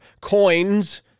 coins